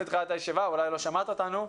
אולי לא שמעת אותנו.